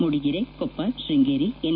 Mudigere Koppa Sringeri N